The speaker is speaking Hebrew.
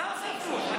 אתה עושה הפוך.